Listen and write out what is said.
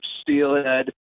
steelhead